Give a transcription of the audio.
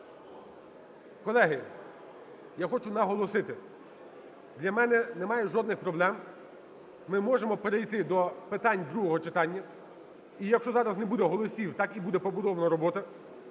Колеги, я хочу наголосити, для мене немає жодних проблем, ми можемо перейти до питань другого читання. І якщо зараз не буде голосів, так і буде побудована робота.